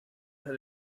had